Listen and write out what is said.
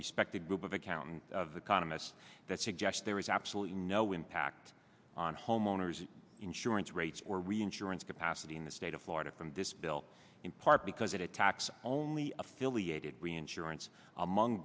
respected group of accountants of the comments that suggest there was absolutely no impact on homeowners insurance rates or reinsurance capacity in the state of florida from this bill in part because it attacks only affiliated reinsurance among